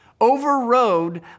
overrode